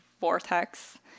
vortex